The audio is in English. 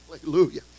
Hallelujah